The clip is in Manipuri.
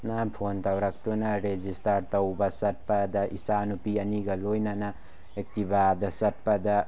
ꯅ ꯐꯣꯟ ꯇꯧꯔꯛꯇꯨꯅ ꯔꯤꯖꯤꯁꯇꯥꯔ ꯇꯧꯕ ꯆꯠꯄꯗ ꯏꯆꯥꯅꯨꯄꯤ ꯑꯅꯤꯒ ꯂꯣꯏꯅꯥꯅ ꯑꯦꯛꯇꯤꯚꯥꯗ ꯆꯠꯄꯗ